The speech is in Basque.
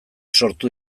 sortu